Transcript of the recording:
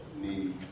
need